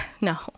No